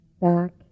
Back